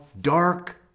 dark